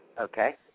Okay